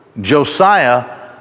Josiah